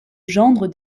gendre